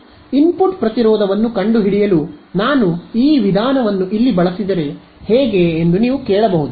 input ಪ್ರತಿರೋಧವನ್ನು ಕಂಡುಹಿಡಿಯಲು ನಾನು ಈ ವಿಧಾನವನ್ನು ಇಲ್ಲಿ ಬಳಸಿದರೆ ಹೇಗೆ ಎಂದು ನೀವು ಕೇಳಬಹುದು